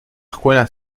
escuela